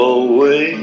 away